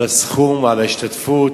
הסכום, על ההשתתפות,